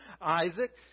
Isaac